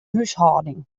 húshâlding